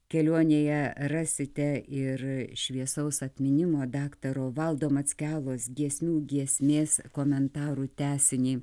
kelionėje rasite ir šviesaus atminimo daktaro valdo mackelos giesmių giesmės komentarų tęsinį